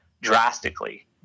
drastically